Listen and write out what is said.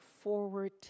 forward